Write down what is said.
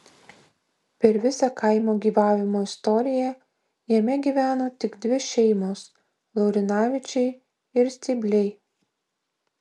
per visą kaimo gyvavimo istoriją jame gyveno tik dvi šeimos laurinavičiai ir steibliai